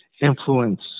influence